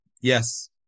Yes